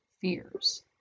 fears